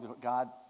God